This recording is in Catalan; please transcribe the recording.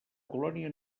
colònia